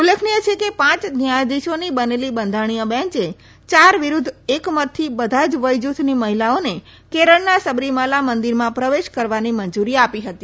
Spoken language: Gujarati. ઉલ્લેખનીય છે કે પાંચ ન્યાયાધિશોની બનેલી બંધારણીય બેંચે ચાર વિરુધ્ધ એક મતથી બધા જ વયજથની મહિલાઓને કેરળના સબરીમાલા મંદીરમાં પ્રવેશ કરવાની મંજુરી આપી હતી